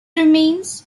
remains